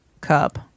cup